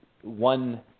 one